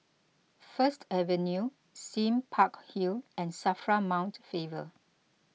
First Avenue Sime Park Hill and Safra Mount Faber